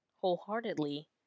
wholeheartedly